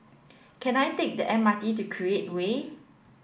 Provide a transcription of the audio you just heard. can I take the M R T to Create Way